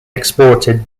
exported